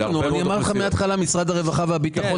אמרתי לך מן ההתחלה: משרד הרווחה ומשרד